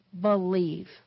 believe